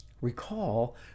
Recall